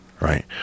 right